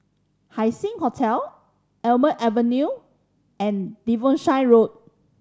Haising Hotel Almond Avenue and Devonshire Road